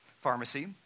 pharmacy